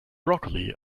broccoli